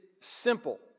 simple